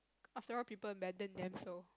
after all people abandon them so